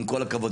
עם כל הכבוד,